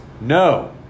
No